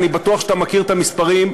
אני בטוח שאתה מכיר את המספרים.